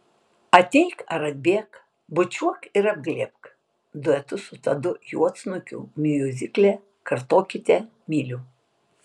ateik ar atbėk bučiuok ir apglėbk duetu su tadu juodsnukiu miuzikle kartokite myliu